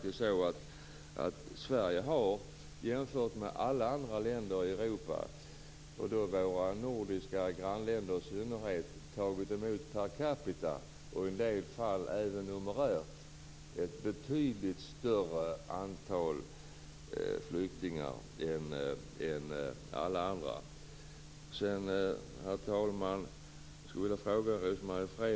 Sverige har jämfört med alla länder i Europa, våra nordiska grannländer i synnerhet, tagit emot ett betydligt större antal flyktingar per capita och i en del fall även numerärt.